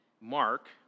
Mark